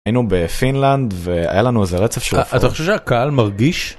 היינו בפינלנד והיה לנו איזה רצף ש... אתה חושב שהקהל מרגיש?